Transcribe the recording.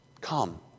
come